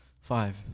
Five